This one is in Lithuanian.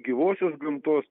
gyvosios gamtos